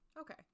Okay